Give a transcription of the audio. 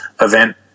event